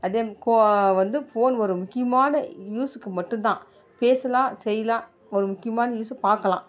அதே கோ வந்து ஃபோன் ஒரு முக்கியமான யூஸுக்கு மட்டும்தான் பேசலாம் செய்யலாம் ஒரு முக்கியமான யூஸ்ஸு பார்க்குலாம்